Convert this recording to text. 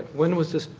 when was this